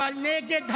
אבל נגד הממשלה.